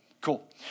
Cool